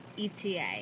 ETA